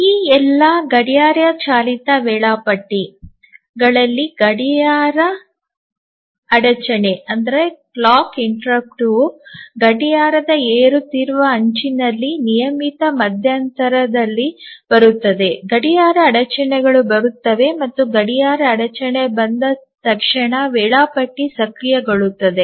ಈ ಎಲ್ಲಾ ಗಡಿಯಾರ ಚಾಲಿತ ವೇಳಾಪಟ್ಟಿಗಳಲ್ಲಿ ಗಡಿಯಾರ ಅಡಚಣೆಯು ಗಡಿಯಾರದ ಏರುತ್ತಿರುವ ಅಂಚಿನಲ್ಲಿ ನಿಯಮಿತ ಮಧ್ಯಂತರದಲ್ಲಿ ಬರುತ್ತದೆ ಗಡಿಯಾರ ಅಡಚಣೆಗಳು ಬರುತ್ತವೆ ಮತ್ತು ಗಡಿಯಾರ ಅಡಚಣೆ ಬಂದ ತಕ್ಷಣ ವೇಳಾಪಟ್ಟಿ ಸಕ್ರಿಯಗೊಳ್ಳುತ್ತದೆ